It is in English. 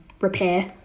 repair